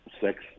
six